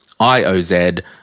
IOZ